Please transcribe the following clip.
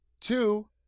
Two